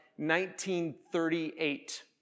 1938